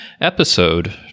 episode